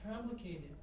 complicated